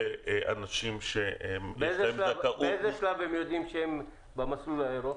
ואנשים שהם -- באיזה שלב הם יודעים שהם במסלול הירוק?